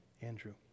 Andrew